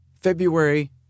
February